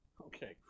Okay